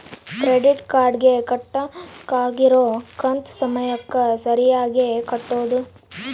credit card ಗೆ ಕಟ್ಬಕಾಗಿರೋ ಕಂತು ಸಮಯಕ್ಕ ಸರೀಗೆ ಕಟೋದು